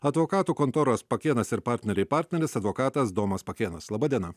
advokatų kontoros pakėnas ir partneriai partneris advokatas domas pakėnas laba diena